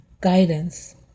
guidance